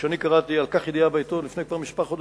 שכשאני קראתי על כך ידיעה בעיתון כבר לפני כמה חודשים,